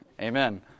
amen